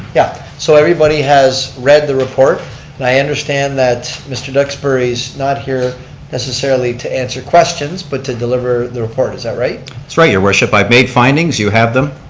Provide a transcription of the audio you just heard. yeah, so everybody has read the report. and i understand that mr. duxbury's not here necessarily to answer questions but to deliver the report. is that right? that's right your worship. i've made findings, you have them.